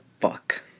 Fuck